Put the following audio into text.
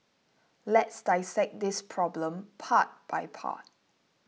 let's dissect this problem part by part